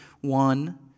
one